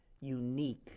unique